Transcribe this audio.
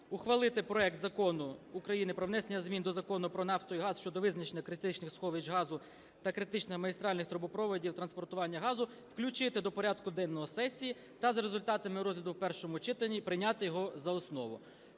ухвалити проект Закону України про внесення змін до Закону "Про нафту і газ" щодо визначення критичних сховищ газу та критичних магістральних трубопроводів транспортування газу включити до порядку денного сесії та за результатами розгляду в першому читанні прийняти його за основу.